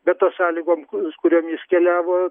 bet to sąlygom kuriom jis keliavo